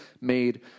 made